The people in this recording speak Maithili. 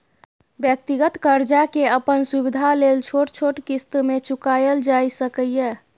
व्यक्तिगत कर्जा के अपन सुविधा लेल छोट छोट क़िस्त में चुकायल जाइ सकेए